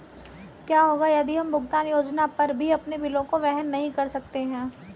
क्या होगा यदि हम भुगतान योजना पर भी अपने बिलों को वहन नहीं कर सकते हैं?